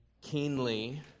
keenly